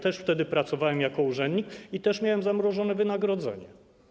Też wtedy pracowałem jako urzędnik i też miałem zamrożone wynagrodzenie.